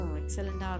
excellent